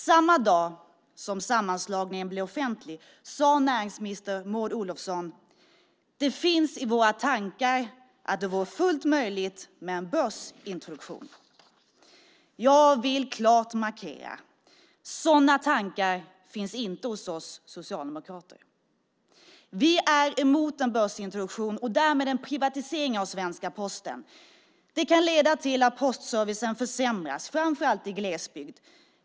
Samma dag som sammanslagningen blev offentlig sade näringsminister Maud Olofsson: Det finns i våra tankar att det vore fullt möjligt med en börsintroduktion. Jag vill klart markera att sådana tankar inte finns hos oss socialdemokrater. Vi är emot en börsintroduktion och därmed en privatisering av svenska Posten. Det kan leda till att postservicen försämras, framför allt i glesbygd.